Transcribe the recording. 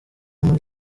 muri